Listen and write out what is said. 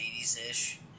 80s-ish